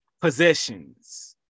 possessions